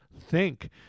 think-